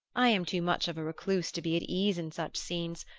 i am too much of a recluse to be at ease in such scenes,